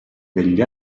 negli